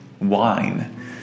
Wine